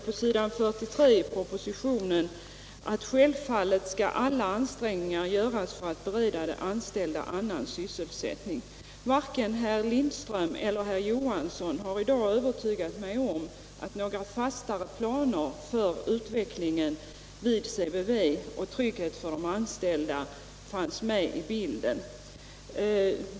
På s. 43 i propositionen står det: ”Självfallet skall alla ansträngningar göras för att bereda de anställda annan sysselsättning.” Varken herr Lindström eller herr Johansson i Ljungby har i dag övertygat mig om att några fastare planer för utvecklingen vid CBV och trygghet för de anställda fanns med i bilden.